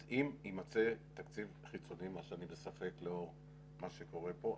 אז אם יימצא תקציב חיצוני מה שאני בספק לאור מה שקורה פה,